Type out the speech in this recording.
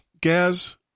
Gaz